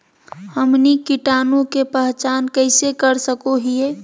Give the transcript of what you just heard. हमनी कीटाणु के पहचान कइसे कर सको हीयइ?